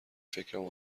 فکرم